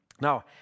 Now